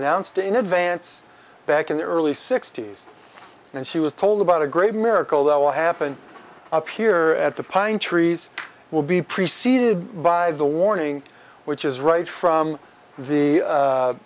nounced in advance back in the early sixty's and she was told about a great miracle that will happen up here at the pine trees will be preceded by the warning which is right from the